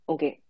Okay